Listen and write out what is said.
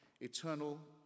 eternal